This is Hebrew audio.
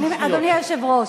אדוני היושב-ראש,